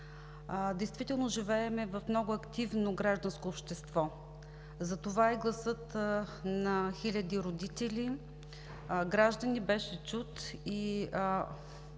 Действително живеем в много активно гражданско общество, затова и гласът на хиляди родители, граждани беше чут и